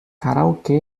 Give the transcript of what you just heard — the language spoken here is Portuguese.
karaokê